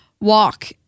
walk